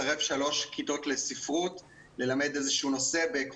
רשמתי כאן כמה נקודות שחשוב שתדעו שעשינו אותם בזמן